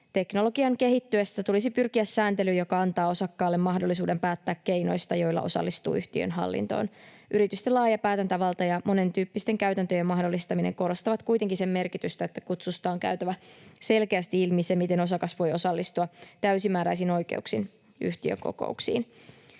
teknologian kehittyessä tulisi pyrkiä sääntelyyn, joka antaa osakkaalle mahdollisuuden päättää keinoista, joilla osallistuu yhtiön hallintoon. Yritysten laaja päätäntävalta ja monentyyppisten käytäntöjen mahdollistaminen korostavat kuitenkin sen merkitystä, että kutsusta on käytävä selkeästi ilmi se, miten osakas voi osallistua täysimääräisin oikeuksin yhtiökokouksiin.